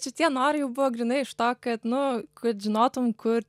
šitie norai jau buvo grynai iš to kad nu kad žinotum kur